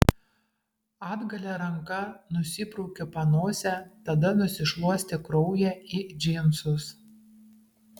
atgalia ranka nusibraukė panosę tada nusišluostė kraują į džinsus